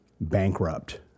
bankrupt